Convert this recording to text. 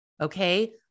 Okay